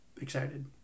excited